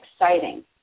exciting